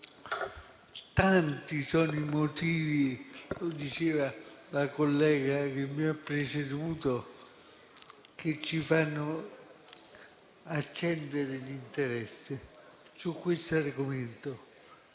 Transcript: Tanti sono i motivi - lo diceva la collega che mi ha preceduto - che ci fanno accendere l'interesse su questo argomento.